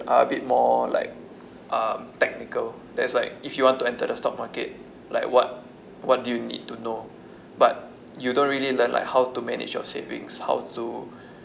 are a bit more like um technical that's like if you want to enter the stock market like what what do you need to know but you don't really learn like how to manage your savings how to